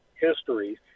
history